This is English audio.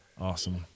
Awesome